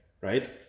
right